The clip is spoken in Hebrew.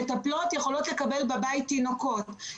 מטפלות יכולות לקבל בבית תינוקות,